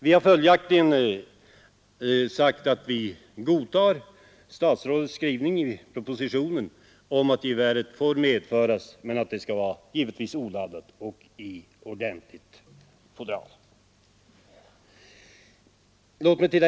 Vi har följaktligen sagt att vi godtar statsrådets skrivning i propositionen om att gevär får medföras men att det skall vara oladdat och förvaras i väl tillslutet fodral.